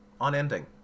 unending